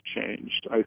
changed